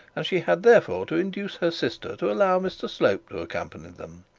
and she had therefore to induce her sister to allow mr slope to accompany them.